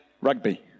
rugby